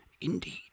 indeed